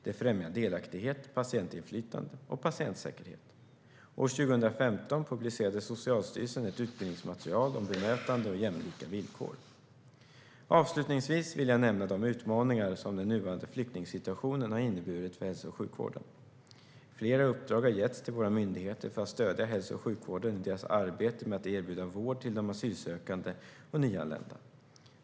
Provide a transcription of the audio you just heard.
Det främjar delaktighet, patientinflytande och patientsäkerhet. År 2015 publicerade Socialstyrelsen ett utbildningsmaterial om bemötande och jämlika villkor. Avslutningsvis vill jag nämna de utmaningar som den nuvarande flyktingsituationen har inneburit för hälso och sjukvården. Flera uppdrag har getts till våra myndigheter för att stödja hälso och sjukvården i deras arbete med att erbjuda vård till de asylsökande och nyanlända.